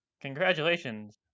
congratulations